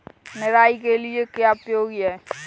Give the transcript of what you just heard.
निराई के लिए क्या उपयोगी है?